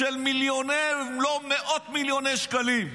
של מיליוני אם לא מאות מילוני שקלים.